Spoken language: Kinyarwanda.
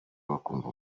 bakumva